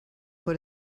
put